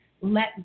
let